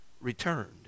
returned